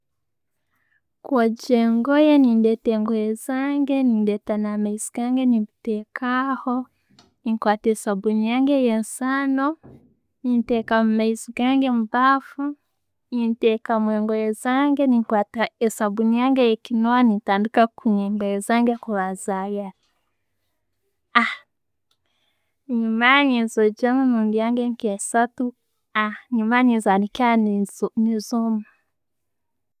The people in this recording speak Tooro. Kwogya engoye, nendetta engoye zange, ndetta na'maizi gange nembitekamu, aho. Nekwata sabuuni yange eya nsano, nentekamu amaizi gange mubafu, nentekamu engoye zange. Nenkwata esabbuni yange, nentandika kukunya engoye zange zayeera nemara nenzogyamu emirindi yange nke esaatu nemara nenzanika nezoma.